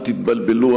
אל תתבלבלו,